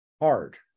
hard